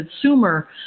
consumer